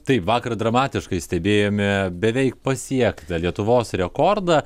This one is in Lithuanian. taip vakar dramatiškai stebėjome beveik pasiektą lietuvos rekordą